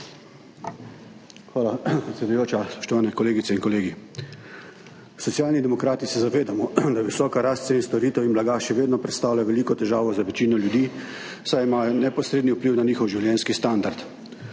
Hvala, predsedujoča. Spoštovani kolegice in kolegi! Socialni demokrati se zavedamo, da visoka rast cen storitev in blaga še vedno predstavlja veliko težavo za večino ljudi, saj imajo neposredni vpliv na njihov življenjski standard.